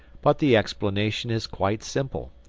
but the explanation is quite simple.